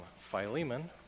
Philemon